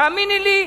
תאמיני לי,